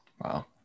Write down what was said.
wow